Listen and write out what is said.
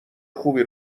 خوبی